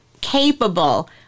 capable